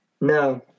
No